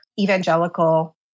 evangelical